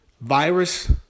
virus